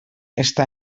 està